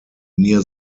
near